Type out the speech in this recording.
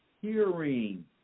hearing